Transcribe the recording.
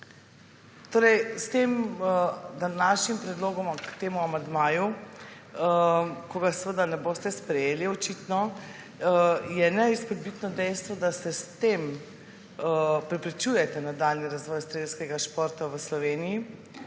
Torej, s tem današnjim predlogom k temu amandmaju, ko ga seveda ne boste sprejeli očitno, je neizpodbitno dejstvo, da s tem preprečujete nadaljnji razvoj strelskega športa v Sloveniji,